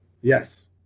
Yes